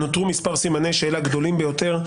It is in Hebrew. נותרו מספר סימני שאלה גדולים ביותר,